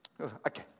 Okay